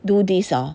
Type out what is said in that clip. do this lor